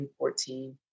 2014